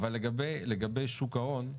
לגבי שוק ההון,